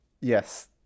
yes